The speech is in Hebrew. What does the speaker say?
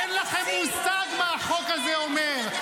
אין לכם מושג מה החוק הזה אומר,